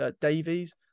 Davies